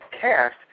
cast